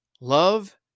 love